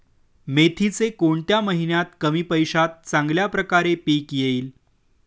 मेथीचे कोणत्या महिन्यात कमी पैशात चांगल्या प्रकारे पीक येईल?